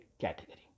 category